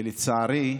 ולצערי,